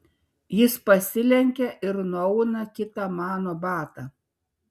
jis pasilenkia ir nuauna kitą mano batą